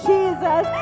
Jesus